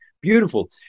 Beautiful